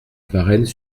varennes